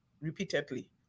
repeatedly